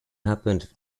happened